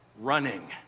running